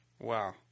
Wow